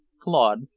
Claude